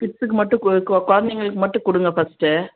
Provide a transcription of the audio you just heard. கிட்ஸுக்கு மட்டும் கு கு குழந்தைங்களுக்கு மட்டும் கொடுங்க ஃபஸ்ட்டு